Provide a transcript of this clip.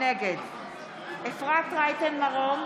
נגד אפרת רייטן מרום,